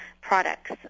products